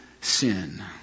sin